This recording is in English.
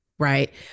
Right